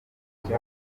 bumva